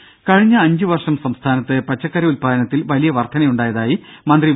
ദേദ കഴിഞ്ഞ അഞ്ച് വർഷം സംസ്ഥാനത്ത് പച്ചക്കറി ഉത്പാദനത്തിൽ വലിയ വർധനയുണ്ടായതായി മന്ത്രി വി